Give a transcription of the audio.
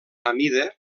amida